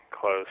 close